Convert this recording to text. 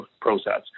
process